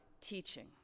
teaching